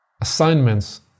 assignments